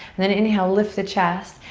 then inhale, lift the chest.